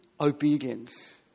obedience